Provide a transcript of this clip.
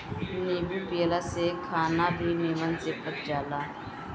नींबू पियला से खाना भी निमन से पच जाला